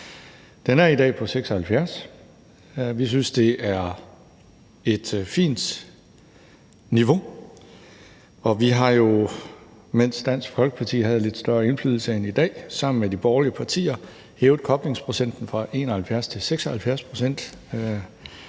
Den er i dag på 76 pct. Vi synes, det er et fint niveau, og vi har jo, mens Dansk Folkeparti havde lidt større indflydelse end i dag, sammen med de borgerlige partier hævet koblingsprocenten fra 71 pct. til 76 pct.,